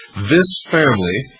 this family,